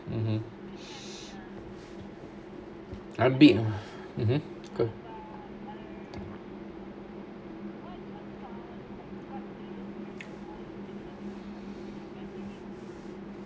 mmhmm mmhmm good